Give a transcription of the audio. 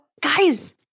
Guys